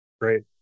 Great